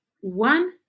One